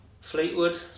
Fleetwood